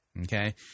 Okay